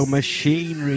Machine